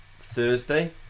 thursday